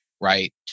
right